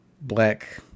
Black